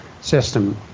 system